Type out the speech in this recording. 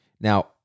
Now